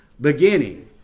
beginning